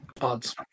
Odds